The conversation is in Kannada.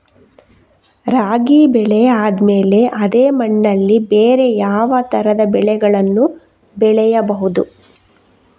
ರಾಗಿ ಬೆಳೆ ಆದ್ಮೇಲೆ ಅದೇ ಮಣ್ಣಲ್ಲಿ ಬೇರೆ ಯಾವ ತರದ ಬೆಳೆಗಳನ್ನು ಬೆಳೆಯಬಹುದು?